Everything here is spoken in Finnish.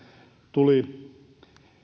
tuli